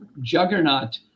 juggernaut